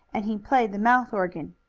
and he played the mouth organ.